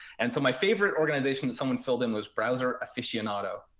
and so my favorite organization someone filled in was browser aficionado.